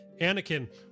anakin